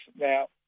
Now